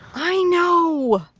i know.